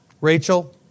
Rachel